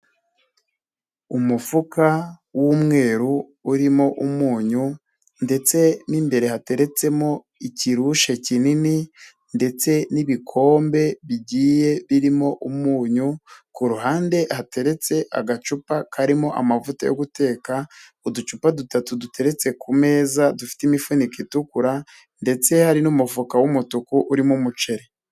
Umufuka w'umweru, urimo umunyu ndetse n'imbere hateretsemo ikirushe kinini, ndetse n'ibikombe bigiye birimo umunyu, ku ruhande hateretse agacupa karimo amavuta yo guteka, uducupa dutatu duteretse ku meza dufite imifuniko itukura, ndetse hari n'umufuka w'umutuku urimo umuceri.